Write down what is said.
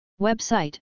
Website